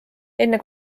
enne